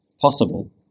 possible